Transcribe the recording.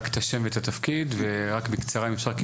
שם ותפקיד ורק בקצרה אם אפשר,